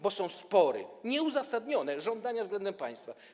Bo są spory, nieuzasadnione żądania względem państwa.